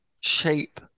shape